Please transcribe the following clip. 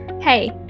Hey